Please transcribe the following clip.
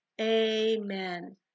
amen